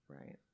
right